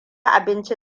abinci